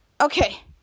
Okay